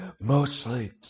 mostly